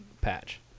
patch